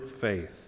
faith